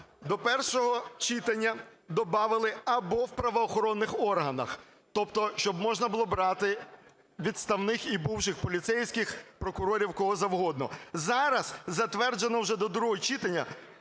До першого читання добавили "або в правоохоронних органах". Тобто, щоб можна було брати відставних і бувших поліцейських, прокурорів, кого завгодно. Зараз затверджено вже до другого читання